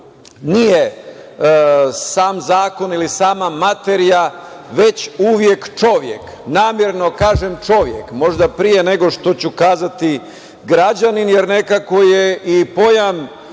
nije sam zakon ili sama materija, već uvek čovek. Namerno kažem čovek, možda pre nego što ću kazati građanin, jer nekako je i pojam